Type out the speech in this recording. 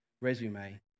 resume